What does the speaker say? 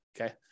Okay